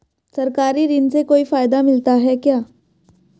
सरकारी ऋण से कोई फायदा मिलता है क्या?